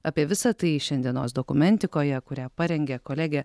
apie visa tai šiandienos dokumentikoje kurią parengė kolegė